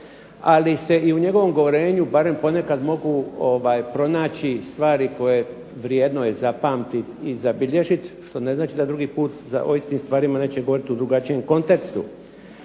ali se i u njegovom govorenju barem ponekad mogu pronaći stvari koje vrijedno je zapamtit i zabilježit, što ne znači da drugi put o istim stvarima neće govorit u drugačijem kontekstu.